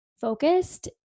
focused